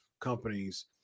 companies